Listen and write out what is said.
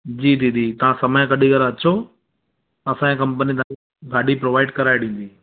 जी दीदी तव्हां समय कढी करे अचो असांजी कंपनी तव्हांखे गाॾी प्रोवाइड कराए ॾींदी